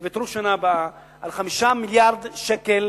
יוותרו בשנה הבאה על 5 מיליארדי שקלים